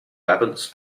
weapons